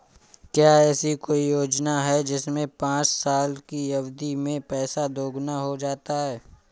क्या ऐसी कोई योजना है जिसमें पाँच साल की अवधि में पैसा दोगुना हो जाता है?